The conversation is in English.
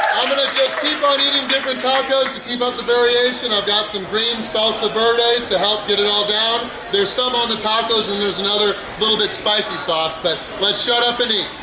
keep on eating different tacos to keep up the variation. i've got some green salsa verde to help get it all down there's some on the tacos and there's another little bit spicy sauce. but let's shut up and eat!